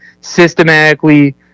systematically